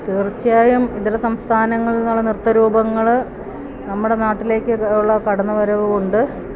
തീർച്ചയായും ഇതര സംസ്ഥാനങ്ങളില് നിന്നുള്ള നൃത്തരൂപങ്ങള് നമ്മുടെ നാട്ടിലേക്കുള്ള കടന്നുവരവുണ്ട്